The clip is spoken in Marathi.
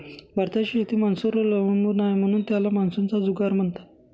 भारताची शेती मान्सूनवर अवलंबून आहे, म्हणून त्याला मान्सूनचा जुगार म्हणतात